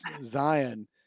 Zion